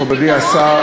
מכובדי השר,